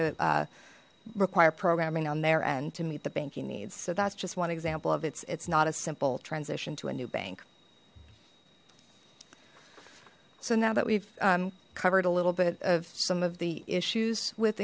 to require programming on there and to meet the banking needs so that's just one example of it's it's not a simple transition to a new bank so now that we've covered a little bit of some of the issues with